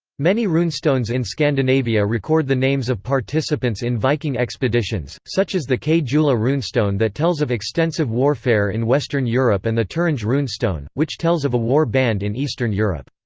many runestones in scandinavia record the names of participants in viking expeditions, such as the kjula runestone that tells of extensive warfare in western europe and turinge runestone, which tells of a war band in eastern europe.